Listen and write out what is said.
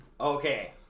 okay